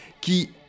qui